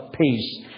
Peace